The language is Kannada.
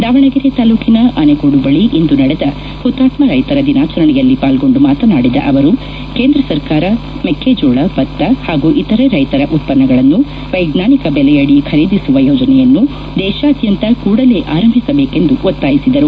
ದಾವಣಗೆರೆ ತಾಲೂಕಿನ ಆನಗೋಡು ಬಳಿ ಇಂದು ನಡೆದ ಹುತಾತ್ಮ ರೈತರ ದಿನಾಚರಣೆಯಲ್ಲಿ ಪಾಲ್ಗೊಂಡು ಮಾತನಾಡಿದ ಅವರು ಕೇಂದ್ರ ಸರ್ಕಾರ ಮೆಕ್ಕೆಜೋಳ ಭತ್ತ ಹಾಗೂ ಇತರೆ ರೈತರ ಉತ್ಪನ್ನಗಳನ್ನು ವೈಜ್ಞಾನಿಕ ಬೆಲೆಯಡಿ ಖರಿದೀಸುವ ಯೋಜನೆಯನ್ನು ದೇಶಾದ್ಯಂತ ಕೂಡಲೇ ಆರಂಭಿಸಬೇಕೆಂದು ಒತ್ತಾಯಿಸಿದರು